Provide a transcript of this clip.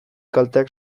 kalteak